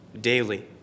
Daily